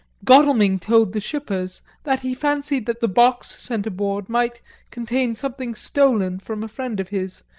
godalming told the shippers that he fancied that the box sent aboard might contain something stolen from a friend of his,